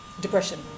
depression